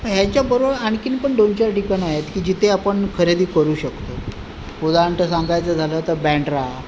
याच्याबरोबर आणकीन पण दोनचार ठिकाणं आहेत की जिथे आपण खरेदी करू शकतो उदान्त सांगायचं झालं तर बॅन्ड्रा